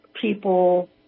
people